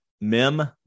mem